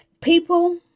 people